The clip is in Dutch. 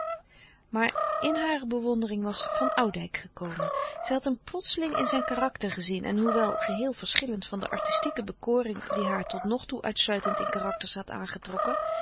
maar in hare bewondering was van oudijck gekomen zij had hem plotseling in zijn karakter gezien en hoewel geheel verschillend van de artistieke bekoring die haar tot nog toe uitsluitend in karakters had aangetrokken